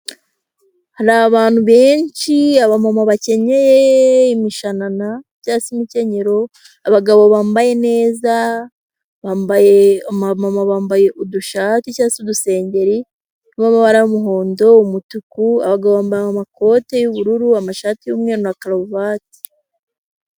Hari abantu benshi abamama bakenyeye imishanana na cyangwa se mikenyero, abagabo bambaye neza bambaye ama mama bambaye udushahati cyangwa se dusengeri tw'amabara y'umuhondo umutuku abagabo bambaye amakoti y'ubururu, amashati y'umweru na karuvati.